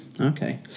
Okay